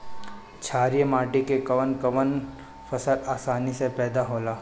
छारिया माटी मे कवन कवन फसल आसानी से पैदा होला?